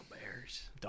Bears